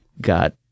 got